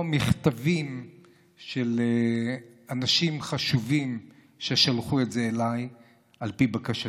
מכתבים של אנשים חשובים ששלחו אליי על פי בקשתי.